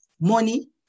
Money